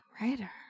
writer